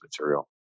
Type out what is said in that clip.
material